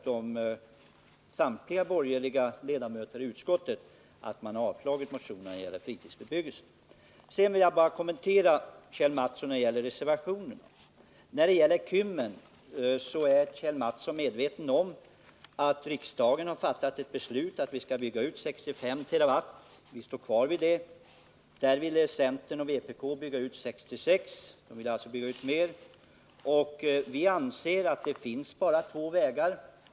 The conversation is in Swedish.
Det hedrar samtliga borgerliga ledamöter i utskottet att man har avstyrkt motionerna beträffande fritidsbe Nr 49 byggelsen. Tisdagen den Jag vill kommentera vad Kjell Mattsson sade om reservationerna. När det 11 december 1979 gäller Kymmen är Kjell Mattsson medveten om att riksdagen har fattat ett —— beslut om att vi skall bygga ut 65 TWh. Vi står kvar vid detta. Centern och Den fysiska riksvpk ville bygga ut 66 TWh. Vi anser att det finns bara två vägar.